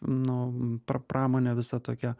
nu pra pramonė visa tokia